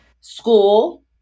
school